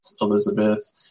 Elizabeth